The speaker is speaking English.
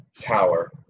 tower